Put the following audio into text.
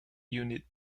unit